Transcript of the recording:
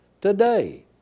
today